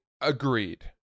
agreed